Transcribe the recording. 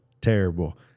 terrible